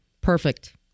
Perfect